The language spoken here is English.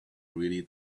really